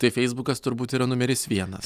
tai feisbukas turbūt yra numeris vienas